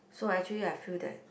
so actually I feel that